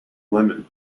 lemon